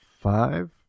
five